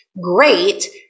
great